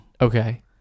Okay